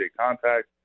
contact